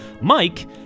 Mike